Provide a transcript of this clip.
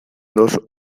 dos